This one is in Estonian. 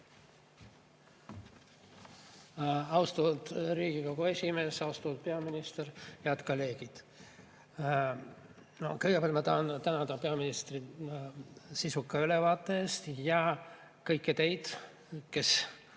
Austatud Riigikogu esimees! Austatud peaminister! Head kolleegid! Kõigepealt ma tahan tänada peaministrit sisuka ülevaate eest ja kõiki neid, kes